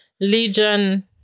Legion